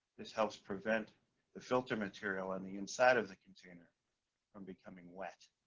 this helps prevent the filter material on the inside of the container from becoming wet.